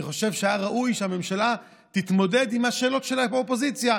אני חושב שהיה ראוי שהממשלה תתמודד עם השאלות של האופוזיציה,